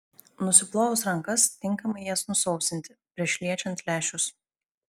nusiplovus rankas tinkamai jas nusausinti prieš liečiant lęšius